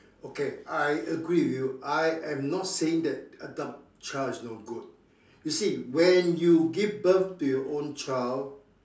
okay I agree with you I am not saying that adopt child is no good you see when you give birth to your own child